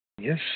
Yes